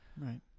Right